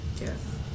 Yes